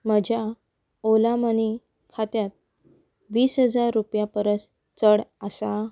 म्हज्या ओला मनी खात्यांत वीस हजार रुपया परस चड आसा